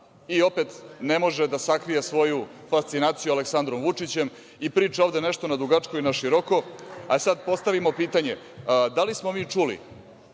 i opet ne može da sakrije svoju fascinaciju Aleksandrom Vučićem i priča ovde nešto na dugačko i na široko. Sad postavimo pitanje – da li smo mi čuli